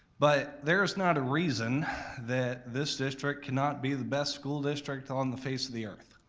but there's not a reason that this district cannot be the best school district on the face of the earth.